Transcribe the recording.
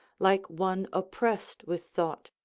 like one oppressed with thought.